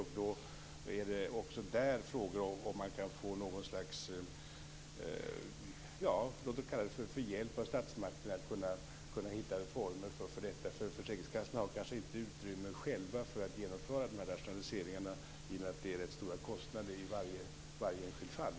Då är det också där fråga om man kan få något slags hjälp av statsmakten att kunna hitta former för detta. Försäkringskassorna har kanske inte utrymme själva för att genomföra de här rationaliseringarna, i och med att det är rätt stora kostnader i varje enskilt fall.